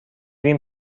ریم